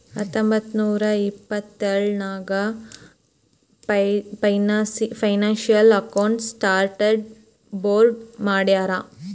ಹತ್ತೊಂಬತ್ತ್ ನೂರಾ ಎಪ್ಪತ್ತೆಳ್ ನಾಗ್ ಫೈನಾನ್ಸಿಯಲ್ ಅಕೌಂಟಿಂಗ್ ಸ್ಟಾಂಡರ್ಡ್ ಬೋರ್ಡ್ ಮಾಡ್ಯಾರ್